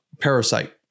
Parasite